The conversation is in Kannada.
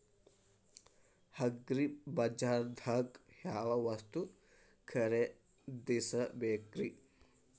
ಅಗ್ರಿಬಜಾರ್ದಾಗ್ ಯಾವ ವಸ್ತು ಖರೇದಿಸಬೇಕ್ರಿ?